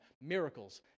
Miracles